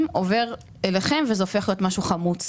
עובר אליכם וזה הופך להיות משהו חמוץ.